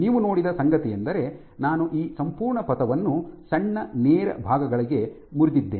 ನೀವು ನೋಡಿದ ಸಂಗತಿಯೆಂದರೆ ನಾನು ಈ ಸಂಪೂರ್ಣ ಪಥವನ್ನು ಸಣ್ಣ ನೇರ ಭಾಗಗಳಿಗೆ ಮುರಿದಿದ್ದೇನೆ